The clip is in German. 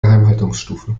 geheimhaltungsstufe